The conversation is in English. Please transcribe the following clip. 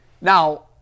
Now